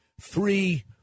three